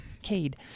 Cade